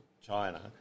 China